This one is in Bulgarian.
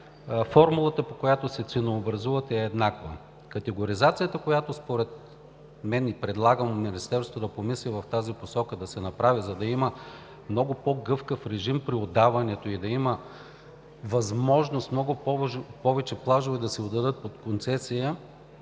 формулата, по която се ценообразуват, е еднаква. Предлагаме на Министерството на помисли в тази посока да се направи, за да има много по-гъвкав режим при отдаването и да има възможност много повече плажове да се отдадат под концесия,